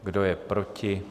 Kdo je proti?